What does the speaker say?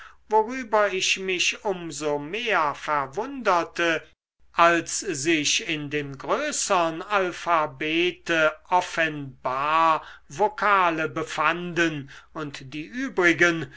worüber ich mich um so mehr verwunderte als sich in dem größern alphabete offenbar vokale befanden und die übrigen